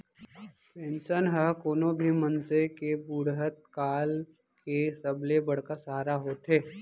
pension ह कोनो भी मनसे के बुड़हत काल के सबले बड़का सहारा होथे